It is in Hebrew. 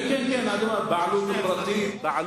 כן, כן, בעלות פרטית.